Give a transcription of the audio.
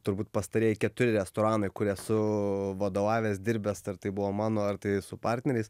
turbūt pastarieji keturi restoranai kur esu vadovavęs dirbęs ar tai buvo mano ar tai su partneriais